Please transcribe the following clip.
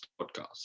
podcast